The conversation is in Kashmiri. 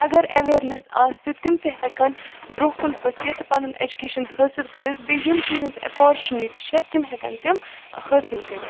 اگر اٮ۪ویرنٮ۪س آسہِ تِم تہِ ہٮ۪کَن برونٛہہ کُن پٔکِتھ پَنُن ایٚجوٗکیشَن حٲصِل کٔرِتھ بیٚیہِ یِم تِہٕنٛز ایپارچُنِٹی چھِ تِم ہٮ۪کَن تِم حٲصِل کٔرِتھ